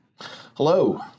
Hello